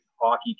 hockey